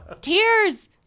Tears